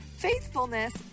faithfulness